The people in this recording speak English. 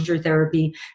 therapy